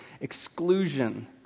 exclusion